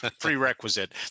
prerequisite